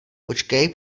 počkej